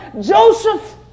Joseph